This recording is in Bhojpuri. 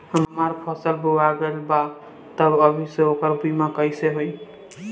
हमार फसल बोवा गएल बा तब अभी से ओकर बीमा कइसे होई?